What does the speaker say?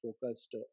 focused